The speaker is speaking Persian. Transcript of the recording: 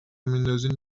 میندازین